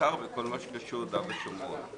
בעיקר בכל מה שקשור ליהודה ושומרון.